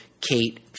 Kate